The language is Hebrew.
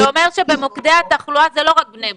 זה אומר שבמוקדי התחלואה זה לא רק בני ברק,